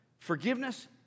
Forgiveness